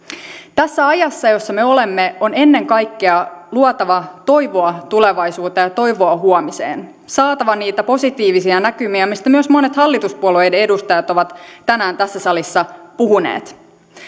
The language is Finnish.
tässä ajassa jossa me olemme on ennen kaikkea luotava toivoa tulevaisuuteen ja toivoa huomiseen saatava niitä positiivisia näkymiä mistä myös monet hallituspuolueiden edustajat ovat tänään tässä salissa puhuneet kuitenkaan